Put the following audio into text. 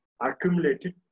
accumulated